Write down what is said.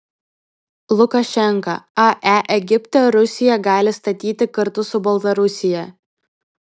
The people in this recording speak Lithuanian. lukašenka ae egipte rusija gali statyti kartu su baltarusija